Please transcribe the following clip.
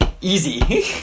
easy